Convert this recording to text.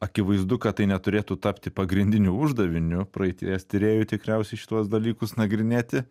akivaizdu kad tai neturėtų tapti pagrindiniu uždaviniu praeities tyrėjų tikriausiai šituos dalykus nagrinėti